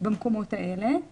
יש מקומות שעכשיו נסגרים.